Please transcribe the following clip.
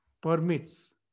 permits